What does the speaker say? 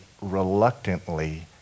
reluctantly